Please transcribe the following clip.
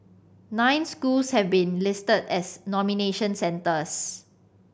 nine schools have been listed as nomination centres